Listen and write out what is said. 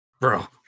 Bro